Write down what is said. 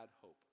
hope